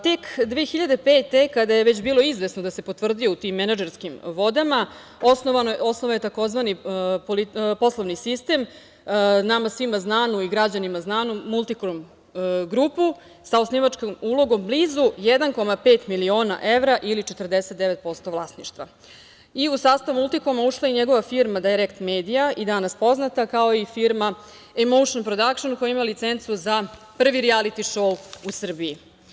Tek 2005. godine kada je već bilo izvesno da se potvrdio u tim menadžerskim vodama osnovao je tzv. poslovni sistem, nama svima znan i građanima znam Multikom grupu sa osnivačkim ulogom blizu 1,5 miliona evra ili 49% vlasništva i u sastav Multikoma ušla je njegova firma „Dajrekt medija“ i danas poznata, kao i firma „Emouš prodakšn“, koja ima licencu za prvi rijaliti šou u Srbiji.